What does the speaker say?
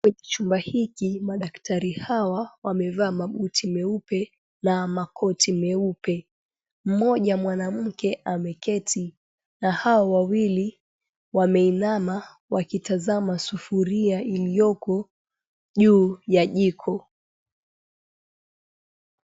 Chumba hiki madaktari hawa wamevaa mabuti meupe na makoti meupe. Mmoja mwanamke ameketi na hao wawili wameinama wakitazama sufuria iliyoko juu ya jiko.